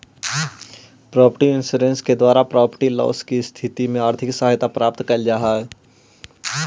property insurance के द्वारा property loss के स्थिति में आर्थिक सहायता प्राप्त कैल जा हई